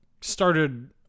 started